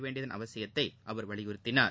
வேண்டியதன் அவசியத்தையும் அவர் வலியுறுத்தினார்